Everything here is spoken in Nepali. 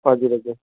हजुर हजुर